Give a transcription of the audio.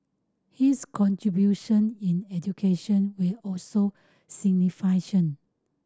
his contribution in education were also